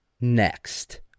Next